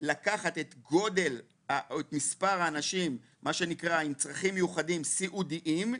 לקחת את מספר האנשים עם צרכים מיוחדים סיעודיים,